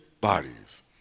bodies